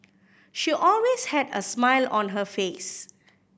she always had a smile on her face